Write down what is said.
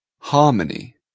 harmony